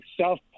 self